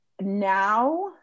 now